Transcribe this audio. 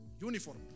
Uniform